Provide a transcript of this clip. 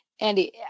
Andy